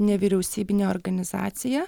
nevyriausybinė organizacija